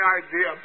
idea